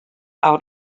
out